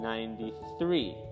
Ninety-three